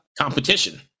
competition